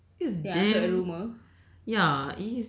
aunt allyson has eh is damn